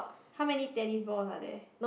how many tennis balls are there